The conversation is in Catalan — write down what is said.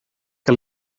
que